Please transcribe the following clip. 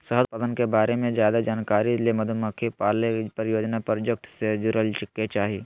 शहद उत्पादन के बारे मे ज्यादे जानकारी ले मधुमक्खी पालन परियोजना प्रोजेक्ट से जुड़य के चाही